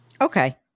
Okay